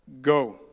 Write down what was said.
go